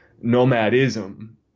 nomadism